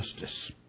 justice